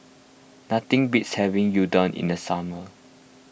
nothing beats having Unadon in the summer